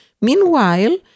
Meanwhile